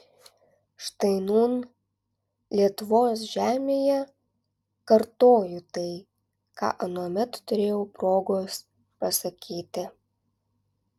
štai nūn lietuvos žemėje kartoju tai ką anuomet turėjau progos pasakyti